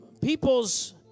people's